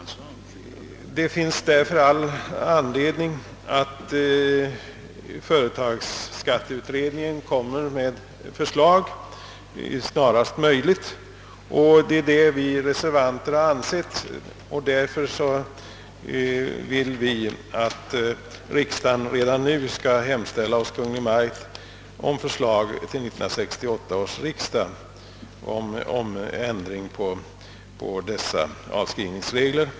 Det finns därför all anledning för företagsskatteutredningen att snarast möjligt framlägga förslag till ändring. Det är vad vi reservanter ansett, och därför vill vi att riksdagen redan nu skall hemställa hos Kungl. Maj:t om förslag till 1968 års riksdag om ändring av dessa avskrivningsregler.